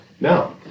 no